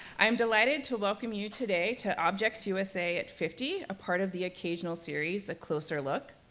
i'm delighted to welcome you today to objects usa at fifty, a part of the occasional series, a closer look.